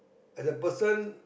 at the person